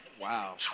wow